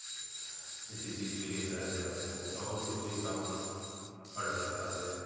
इसी चीज़ के लिए शहर जाते हैं और भी कोई काम पड़ जाता है